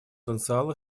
потенциала